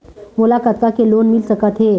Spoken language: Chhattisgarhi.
मोला कतका के लोन मिल सकत हे?